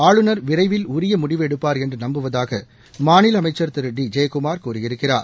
ஆளுநர் விரைவில் உரிய முடிவு எடுப்பார் என்று நம்புவதாக மாநில அமைச்சா் திரு டி ஜெயக்குமார் கூறியிருக்கிறார்